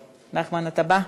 נחמן, אתה בא?